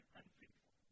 unfaithful